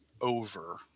over